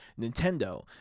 Nintendo